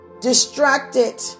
distracted